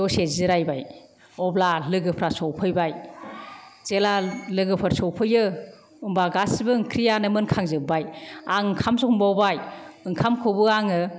दसे जिरायबाय अब्ला लोगोफ्रा सफैबाय जेब्ला लोगोफोर सफैयो होनबा गासिबो ओंख्रियानो मोनखांजोब्बाय आं ओंखाम संबावबाय ओंखामखौबो आङो